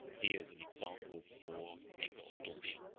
here s an example for extortion